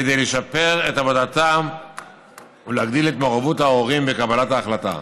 כדי לשפר את עבודתן ולהגדיל את מעורבות ההורים בקבלת ההחלטה.